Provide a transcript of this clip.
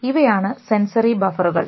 ഇവയാണു sensory ബഫറുകൾ